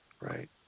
Right